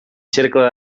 cercle